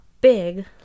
big